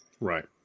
Right